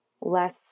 less